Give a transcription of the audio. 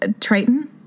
Triton